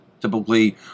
typically